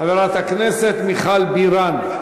חברת הכנסת מיכל בירן.